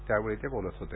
त्यावेळी ते बोलत होते